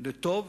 לטוב